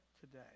today